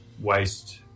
waste